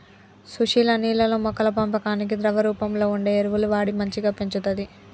సుశీల నీళ్లల్లో మొక్కల పెంపకానికి ద్రవ రూపంలో వుండే ఎరువులు వాడి మంచిగ పెంచుతంది